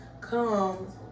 come